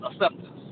acceptance